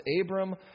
Abram